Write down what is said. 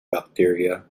bacteria